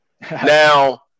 Now